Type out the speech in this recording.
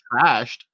trashed